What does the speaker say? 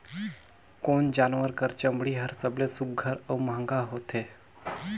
कोन जानवर कर चमड़ी हर सबले सुघ्घर और महंगा होथे?